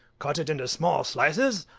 cut it into small slices,